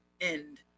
End